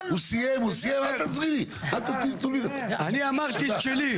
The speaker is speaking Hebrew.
אני אמרתי את שלי.